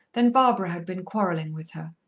then barbara had been quarrelling with her.